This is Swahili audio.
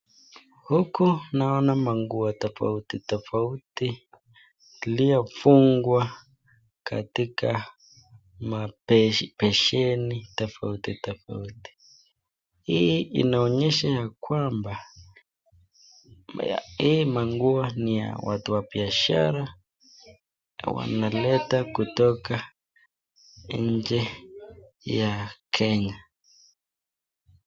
Huku naona manguo tofauti tofauti iliyofungwa katika mabesheni tofauti tofauti hii inaonyesha ya kwamba hii manguo ni ya watu wa biashara na wanaleta kutoka nje ya kenya.